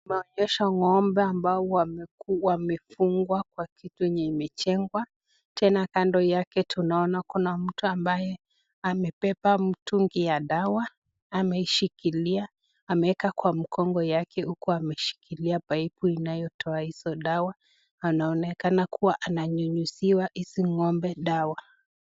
Imeonyesha ng'ombe ambao wamefungwa kwa kitu niimechengwa tena kando yake tunaona kuna mtu ambaye amebeba mtungi ya dawa. Amaishikilia ameka kwa mkongo yake huku ameshikilia paipu inayotoa hizo dawa. Anaonekana kuwa ananyunyuzia hizi ng'ombe dawa.